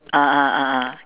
ah ah ah ah